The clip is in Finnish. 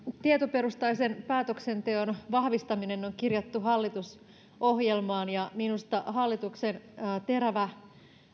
tietoperustaisen päätöksenteon vahvistaminen on on kirjattu hallitusohjelmaan ja minusta hallituksen terävä